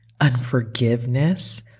unforgiveness